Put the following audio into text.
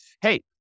hey